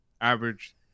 average